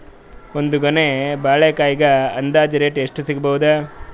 ಒಂದ್ ಗೊನಿ ಬಾಳೆಕಾಯಿಗ ಅಂದಾಜ ರೇಟ್ ಎಷ್ಟು ಸಿಗಬೋದ?